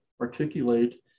articulate